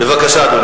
אדוני, בבקשה.